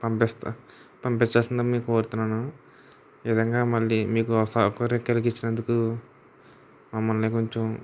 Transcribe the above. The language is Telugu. పంపిస్తారని పంపించాల్సిందిగా నేను కోరుతున్నాను ఈ విధంగా మీకు అసౌకర్యం కలిగించినందుకు మమల్ని కొంచం